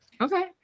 Okay